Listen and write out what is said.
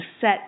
set